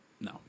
no